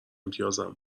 امتیازم